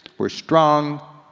we're strong,